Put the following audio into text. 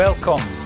Welcome